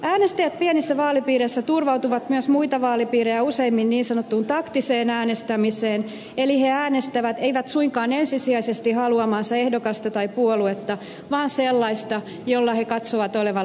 äänestäjät pienissä vaalipiireissä turvautuvat myös muita vaalipiirejä useammin niin sanottuun taktiseen äänestämiseen eli he eivät suinkaan äänestä ensisijaisesti ha luamaansa ehdokasta tai puoluetta vaan äänes tävät sellaista jolla he katsovat olevan läpimenon mahdollisuuksia